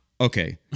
okay